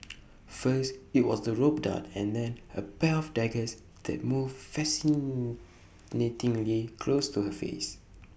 first IT was the rope dart and then A pair of daggers that moved fascinatingly close to her face